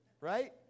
Right